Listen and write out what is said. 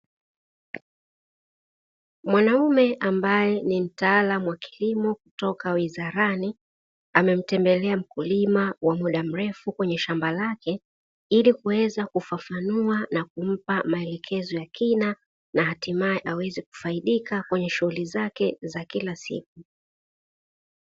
Mwanaume ambaye ni mtaalamu wa kilimo kutoka wizarani, ametembelea mkulima wa muda mrefu katika shamba lake. Ili kuweza kufafanua na kumpa maelekezo ya kina na hatimae aweze kufaidika kwenye shughuli zake za kila siku.